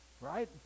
Right